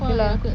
K lah